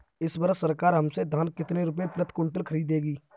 इस वर्ष सरकार हमसे धान कितने रुपए प्रति क्विंटल खरीदेगी?